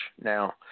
now